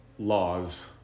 Laws